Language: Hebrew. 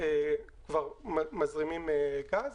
שמזרימים גז.